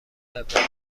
ابراز